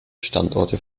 standorte